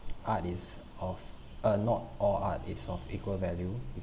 art is of uh not all art is of equal value